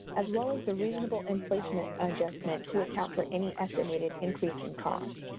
as well as the reasonable inflation adjustment to account for any estimated increase in cost.